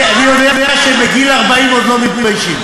אני יודע שבגיל 40 עוד לא מתביישים.